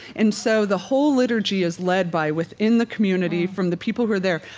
and so the whole liturgy is led by within the community from the people who are there.